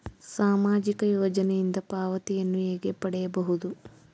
ಸಾಮಾಜಿಕ ಯೋಜನೆಯಿಂದ ಪಾವತಿಯನ್ನು ಹೇಗೆ ಪಡೆಯುವುದು?